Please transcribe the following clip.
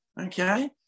Okay